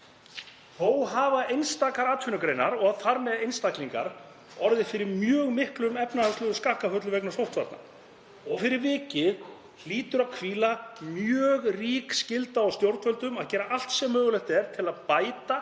Þó hafa einstakar atvinnugreinar og þar með einstaklingar orðið fyrir mjög miklum efnahagslegum skakkaföllum vegna sóttvarna og fyrir vikið hlýtur að hvíla mjög rík skylda á stjórnvöldum að gera allt sem mögulegt er til að bæta